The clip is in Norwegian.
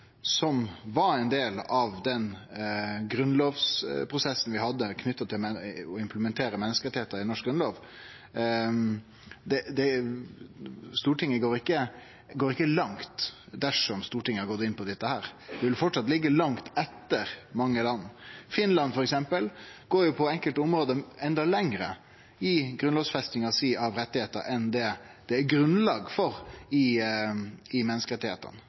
som var ein del av den grunnlovsprosessen vi hadde knytt til å implementere menneskerettar i norsk grunnlov. Vi vil framleis liggje langt etter mange land. Finland, f.eks., går på enkelte område enda lenger i grunnlovfestinga av rettar enn det er grunnlag for i menneskerettane. Så det er ein annan måte å tenkje på. Ein går lenger, ein ønskjer å føre an, medan Noreg har vore veldig tilbakehalden med å implementere menneskerettar i